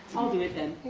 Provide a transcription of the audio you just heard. i'll do it then,